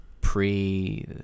pre